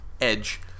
edge